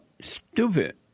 stupid